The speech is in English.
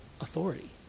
authority